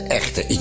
echte